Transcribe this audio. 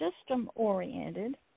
system-oriented